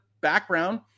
background